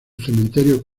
cementerio